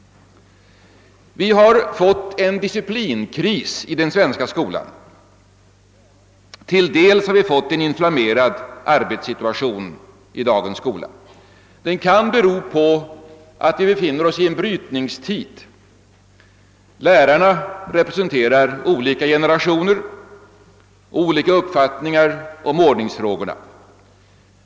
Vi har fått en disciplinkris i den svenska skolan och till dels en inflammerad arbetssituation. Det kan bero på att vi befinner oss i en brytningstid. Lärarna representerar olika generationer och har olika uppfattningar om ordningsfrågorna.